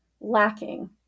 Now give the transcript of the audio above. lacking